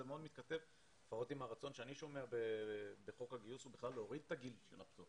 זה מאוד מתכתב עם הרצון שאני שומע בחוק הגיוס להוריד את גיל הפטור